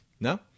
no